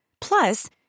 Plus